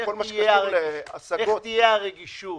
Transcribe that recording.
תהיה הרגישות?